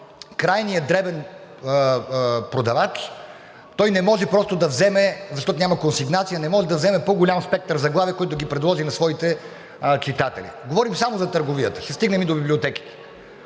крайния дребен продавач, той не може просто да вземе, защото няма консигнация – не може да вземе по голям спектър заглавия, които да ги предложи на своите читатели. Говорим само за търговията. Ще стигнем и до библиотеките.